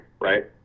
right